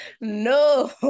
no